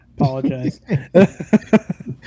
Apologize